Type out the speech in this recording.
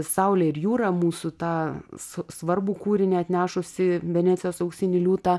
saulę ir jūrą mūsų tą s svarbų kūrinį atnešusi venecijos auksinį liūtą